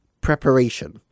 preparation